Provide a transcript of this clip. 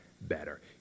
better